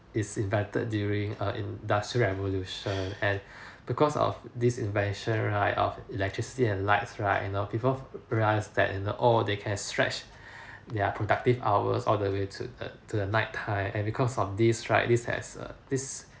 is invented during err industrial revolution and because of this invention right of electricity and lights right you know people realise that<you know oh they can stretch their productive hours all the way to the to the night time and because of this right this has uh this